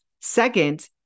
Second